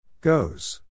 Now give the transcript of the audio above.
Goes